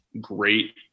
great